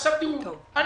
עכשיו הם מקבלים